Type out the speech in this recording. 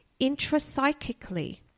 intrapsychically